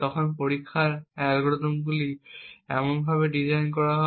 তখন পরীক্ষার অ্যালগরিদমগুলি এমনভাবে ডিজাইন করা হয়